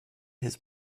has